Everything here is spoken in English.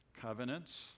Covenants